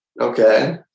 Okay